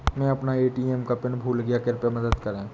मै अपना ए.टी.एम का पिन भूल गया कृपया मदद करें